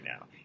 now